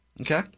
Okay